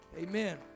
Amen